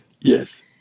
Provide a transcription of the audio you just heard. Yes